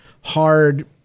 hard